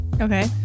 Okay